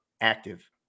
active